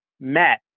met